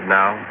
now